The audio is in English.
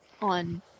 on